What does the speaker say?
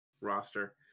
roster